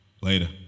Later